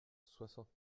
soixante